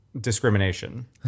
discrimination